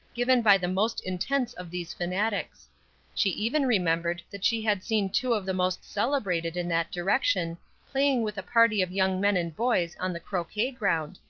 given by the most intense of these fanatics she even remembered that she had seen two of the most celebrated in that direction playing with a party of young men and boys on the croquet ground,